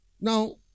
Now